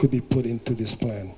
could be put into this plan